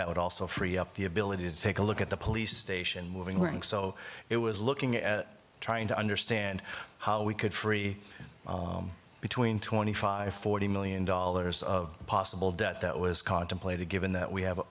that would also free up the ability to take a look at the police station moving ring so it was looking at trying to understand how we could free between twenty five forty million dollars of possible debt that was contemplated given that we have